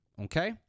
okay